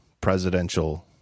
presidential